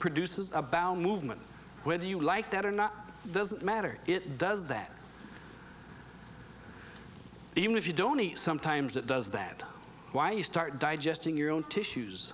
produces a bowel movement whether you like that or not doesn't matter it does that even if you don't eat sometimes it does that why you start digesting your own tissues